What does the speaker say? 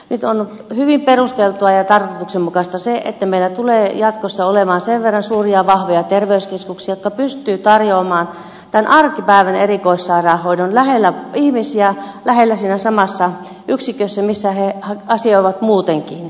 nyt on hyvin perusteltua ja tarkoituksenmukaista se että meillä tulee jatkossa olemaan sen verran suuria ja vahvoja terveyskeskuksia että ne pystyvät tarjoamaan tämän arkipäivän erikoissairaanhoidon lähellä ihmisiä lähellä siinä samassa yksikössä missä he asioivat muutenkin